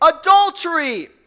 Adultery